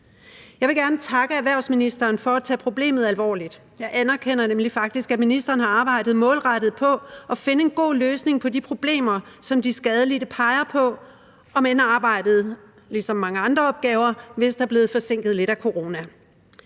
Jeg vil gerne takke erhvervsministeren for at tage problemet alvorligt. Jeg anerkender nemlig faktisk, at ministeren har arbejdet målrettet på at finde en god løsning på de problemer, som de skadelidte peger på – om end arbejdet, ligesom mange andre opgaver, vist er blevet forsinket lidt af corona.